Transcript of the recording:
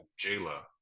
Jayla